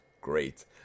great